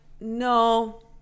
no